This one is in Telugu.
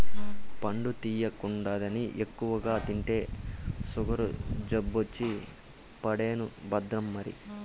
పండు తియ్యగుందని ఎక్కువగా తింటే సుగరు జబ్బొచ్చి పడేను భద్రం మరి